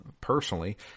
personally